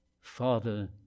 Father